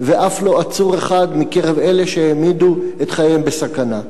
ואף לא עצור אחד מקרב אלה שהעמידו את חייהם בסכנה.